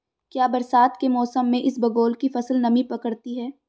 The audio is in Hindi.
क्या बरसात के मौसम में इसबगोल की फसल नमी पकड़ती है?